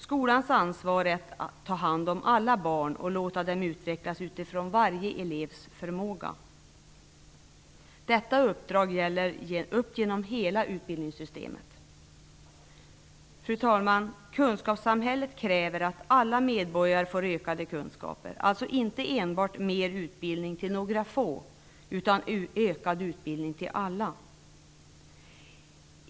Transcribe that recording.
Skolans ansvar är att ta hand om alla barn och låta dem utvecklas utifrån varje elevs förmåga. Detta uppdrag gäller rakt igenom hela utbildningssystemet. Fru talman! Kunskapssamhället kräver att alla medborgare får ökade kunskaper, alltså inte enbart att mer utbildning ges till några få utan att alla får ökad utbildning.